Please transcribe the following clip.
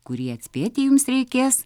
kurį atspėti jums reikės